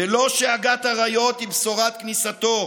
/ ולא שאגת אריות / היא בשורת כניסתו.